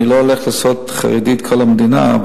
אני לא הולך לעשות את כל המדינה חרדית,